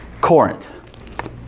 Corinth